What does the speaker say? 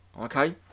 okay